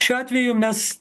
šiuo atveju mes